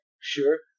sure